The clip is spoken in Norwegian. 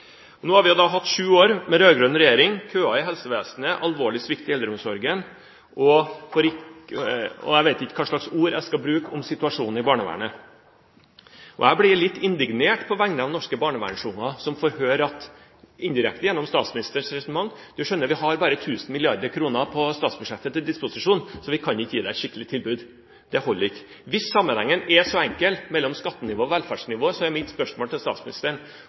Nå har vi hatt sju år med rød-grønn regjering, og vi ser køene i helsevesenet, alvorlig svikt i eldreomsorgen og – jeg vet ikke hva slags ord jeg skal bruke – situasjonen i barnevernet. Jeg blir litt indignert på vegne av norske barnevernsbarn som får høre, indirekte, gjennom statsministerens resonnement: Du skjønner, vi har bare tusen milliarder kroner på statsbudsjettet til disposisjon, så vi kan ikke gi deg et skikkelig tilbud. Det holder ikke. Hvis sammenhengen mellom skattenivået og velferdsnivået er så enkel, er mitt spørsmål til statsministeren: